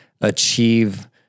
achieve